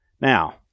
Now